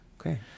Okay